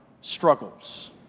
struggles